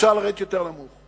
אפשר לרדת יותר נמוך,